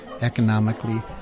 economically